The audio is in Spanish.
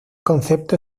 concepto